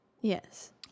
Yes